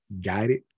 guided